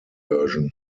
version